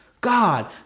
God